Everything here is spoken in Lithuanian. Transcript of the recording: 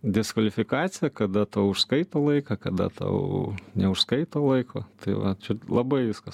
diskvalifikaciją kada tau užskaito laiką kada tau neužskaito laiko tai va čia labai viskas